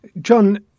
John